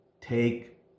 take